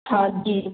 हाँ जी